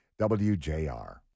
WJR